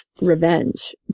revenge